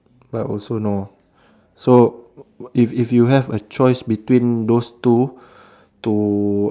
but also no so if if you have a choice between those two to